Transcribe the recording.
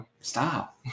Stop